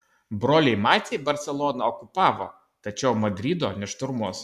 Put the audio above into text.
broliai maciai barseloną okupavo tačiau madrido nešturmuos